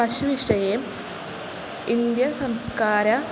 पशुविषये अन्त्यसंस्कारः